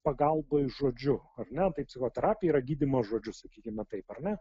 pagalbai žodžiu ar ne tai psichoterapija gydymas žodžiu sakykime taip ar ne